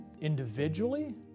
individually